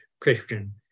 Christian